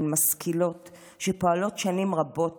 הן משכילות ופועלות שנים רבות